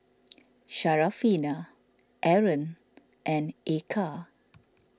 Syarafina Aaron and Eka